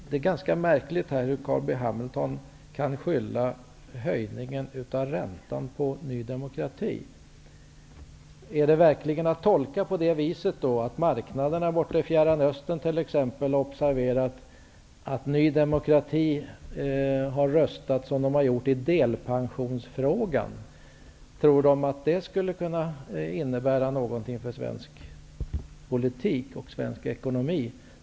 Det är ganska märkligt hur Carl B Hamilton kan skylla höjningen av räntan på Ny demokrati. Är det verkligen att tolka på det viset att marknaderna t.ex. borta i Fjärran Östern observerade att Ny demokratis ledamöter röstade som de gjorde i delpensionsfrågan? Tror de att detta skulle kunna innebära någonting för svensk politik och svensk ekonomi?